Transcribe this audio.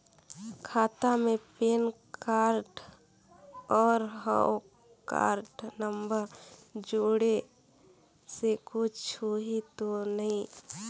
खाता मे pan card और हव कारड नंबर जोड़े से कुछ होही तो नइ?